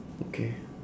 okay